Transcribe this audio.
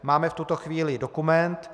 Máme v tuto chvíli dokument.